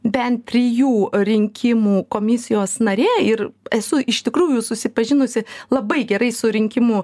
bent trijų rinkimų komisijos narė ir esu iš tikrųjų susipažinusi labai gerai su rinkimų